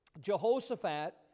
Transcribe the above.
Jehoshaphat